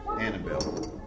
Annabelle